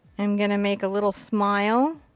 i'm going to make a little smile